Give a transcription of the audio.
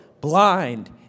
blind